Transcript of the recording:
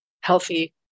healthy